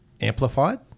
amplified